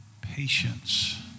patience